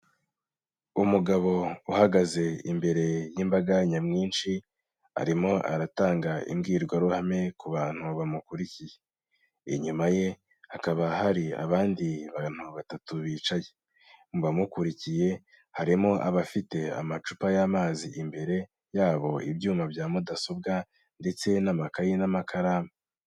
Umugabo uhagaze imbere y'imbaga nyamwinshi, arimo aratanga imbwirwaruhame ku bantu bamukurikiye. Inyuma ye hakaba hari abandi bantu batatu bicaye. Mu bamukurikiye, harimo abafite amacupa y'amazi imbere yabo, ibyuma bya mudasobwa, ndetse n'amakayi n'amakaramu.